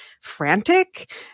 frantic